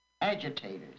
Agitators